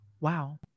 Wow